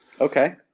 Okay